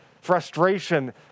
frustration